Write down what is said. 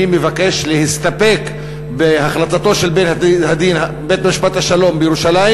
אני מבקש להסתפק בהחלטתו של בית-משפט השלום בירושלים